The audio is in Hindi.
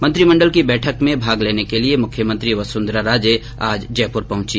मंत्रिमंडल की बैठक में भाग लेने के लिए मुख्यमंत्री वसुंधरा राजे आज जयपुर पहुंची